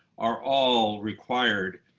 are all required,